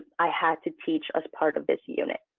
i had to teach as part of this unit.